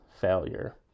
failure